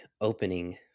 opening